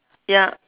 ya